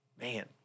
Man